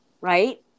right